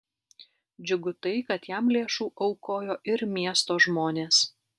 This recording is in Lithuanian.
džiugu tai kad jam lėšų aukojo ir miesto žmonės